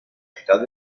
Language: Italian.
città